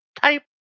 type